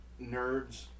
nerds